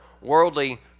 worldly